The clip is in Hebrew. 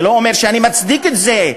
זה לא אומר שאני מצדיק את זה.